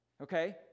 Okay